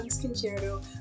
Concerto